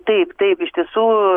taip taip iš tiesų